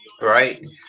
right